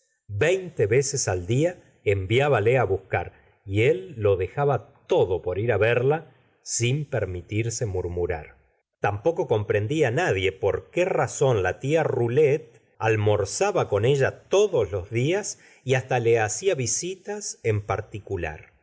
veinte veces al dia enviábalo á buscar y él lo dejaba todo por ir á verla sin permitirse murmurar tampoco comprendía nadie por qué razón la tia rolet almorzaba con ella todos los días y hasta la haeia visitas en particular